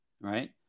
right